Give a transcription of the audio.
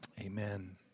Amen